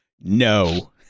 No